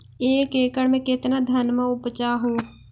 एक एकड़ मे कितना धनमा उपजा हू?